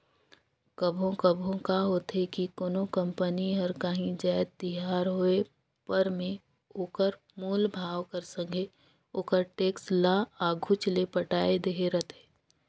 कभों कभों का होथे कि कोनो कंपनी हर कांही जाएत तियार होय पर में ओकर मूल भाव कर संघे ओकर टेक्स ल आघुच ले पटाए देहे रहथे